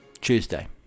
Tuesday